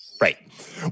Right